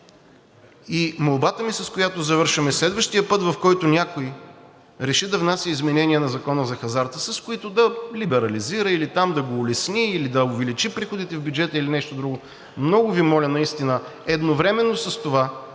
И молбата ми, с която завършвам, е следващия път, в който някой реши да внася изменения на Закона за хазарта, с които да либерализира или там да го улесни, или да увеличи приходите в бюджета, или нещо друго, много Ви моля наистина, едновременно с това